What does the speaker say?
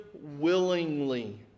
willingly